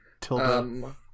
Tilda